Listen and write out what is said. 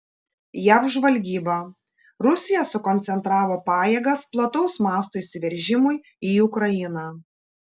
jav žvalgyba rusija sukoncentravo pajėgas plataus mąsto įsiveržimui į ukrainą